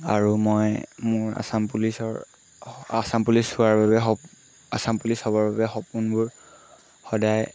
আৰু মই মোৰ আচাম পুলিচৰ আচাম পুলিচ হোৱাৰ বাবে আচাম পুলিচ হ'বৰ বাবে সপোনবোৰ সদায়